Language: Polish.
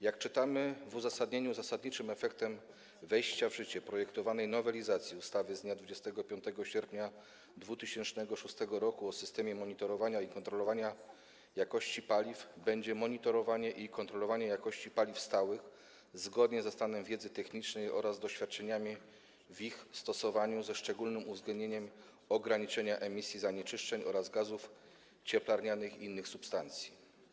Jak czytamy w uzasadnieniu, zasadniczym efektem wejścia w życie projektowanej nowelizacji ustawy z dnia 25 sierpnia 2006 r. o systemie monitorowania i kontrolowania jakości paliw będzie monitorowanie i kontrolowanie jakości paliw stałych zgodnie ze stanem wiedzy technicznej oraz doświadczeniami w ich stosowaniu, ze szczególnym uwzględnieniem ograniczenia emisji zanieczyszczeń oraz gazów cieplarnianych i innych substancji.